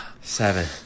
seven